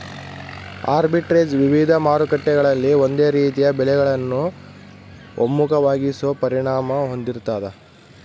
arbitrage ವಿವಿಧ ಮಾರುಕಟ್ಟೆಗಳಲ್ಲಿ ಒಂದೇ ರೀತಿಯ ಬೆಲೆಗಳನ್ನು ಒಮ್ಮುಖವಾಗಿಸೋ ಪರಿಣಾಮ ಹೊಂದಿರ್ತಾದ